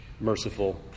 merciful